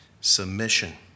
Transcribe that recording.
Submission